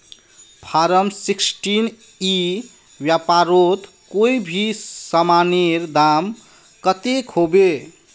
Form sixteen ई व्यापारोत कोई भी सामानेर दाम कतेक होबे?